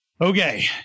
Okay